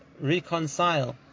Reconcile